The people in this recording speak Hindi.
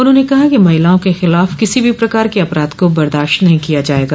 उन्होंने कहा कि महिलाओं के खिलाफ किसी भी प्रकार के अपराध को बर्दाश्त नहीं किया जायेगा